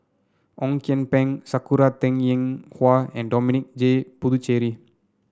Ong Kian Peng Sakura Teng Ying Hua and Dominic J Puthucheary